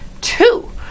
Two